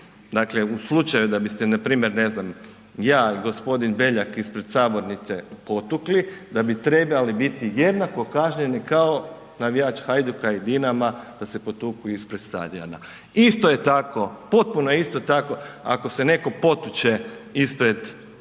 dakle u slučaju da bi npr. ne znam ja i gospodin Beljak ispred sabornice potukli da bi trebali biti jednako kažnjeni kao navijač Hajduka i Dinama da se potuku ispred stadiona. Isto je tako, potpuno isto je tako ako se netko potuče ispred kluba